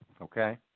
Okay